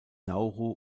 nauru